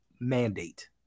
mandate